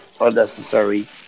unnecessary